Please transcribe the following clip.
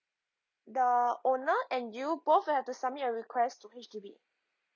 the owner and you both will have to submit your request to H_D_B